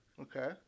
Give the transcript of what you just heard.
Okay